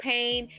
Pain